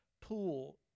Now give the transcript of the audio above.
pool